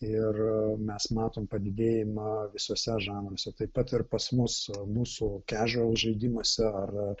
ir mes matom padidėjimą visuose žanruose taip pat ir pas mus mūsų kežil žaidimuose ar